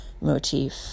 motif